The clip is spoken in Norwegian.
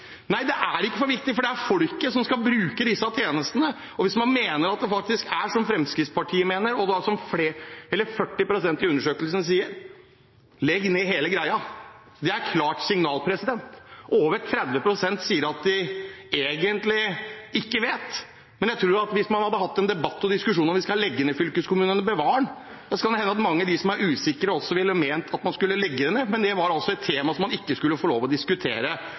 for viktig, for det er folket som skal bruke disse tjenestene. Hvis man mener som Fremskrittspartiet, eller som 40 pst. i undersøkelsen sa, legg ned hele greia, er det et klart signal. Over 30 pst. sier at de egentlig ikke vet, men jeg tror at hvis man hadde en debatt om hvorvidt vi skulle legge ned fylkeskommunen eller bevare den, kan det hende at mange av dem som er usikre, også ville ment at man skulle legge den ned. Men det var et tema man ikke skulle få lov til å diskutere,